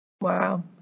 Wow